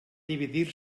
dividir